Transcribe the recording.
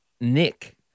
Nick